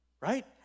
right